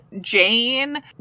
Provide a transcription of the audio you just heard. Jane